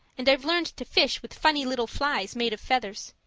and i've learned to fish with funny little flies made of feathers.